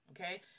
okay